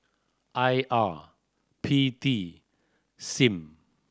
I R P T Sim